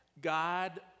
God